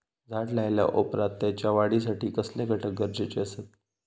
झाड लायल्या ओप्रात त्याच्या वाढीसाठी कसले घटक गरजेचे असत?